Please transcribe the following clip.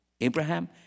Abraham